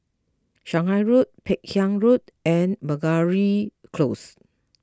Shanghai Road Peck Hay Road and Meragi Close